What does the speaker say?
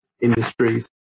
industries